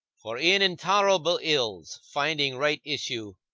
for e'en intolerable ills, finding right issue,